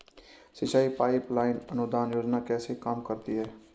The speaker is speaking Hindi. सिंचाई पाइप लाइन अनुदान योजना कैसे काम करती है?